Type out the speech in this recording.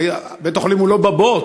בית-החולים הוא לא בבוץ,